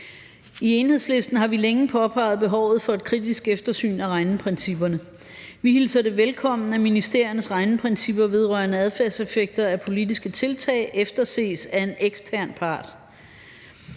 I Enhedslisten har vi længe påpeget behovet for et kritisk eftersyn af regneprincipperne. Vi hilser det velkommen, at ministeriernes regneprincipper vedrørende adfærdseffekter af politiske tiltag efterses af en ekstern part.